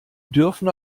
dürfen